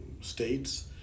states